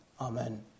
Amen